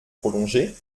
prolongé